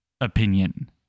opinion